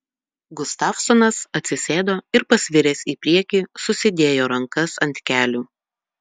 gustavsonas atsisėdo ir pasviręs į priekį susidėjo rankas ant kelių